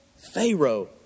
Pharaoh